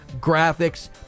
graphics